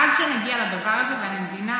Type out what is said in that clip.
עד שנגיע לדבר הזה, ואני מבינה